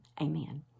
amen